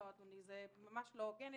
לא, אדוני, זה ממש לא הוגן.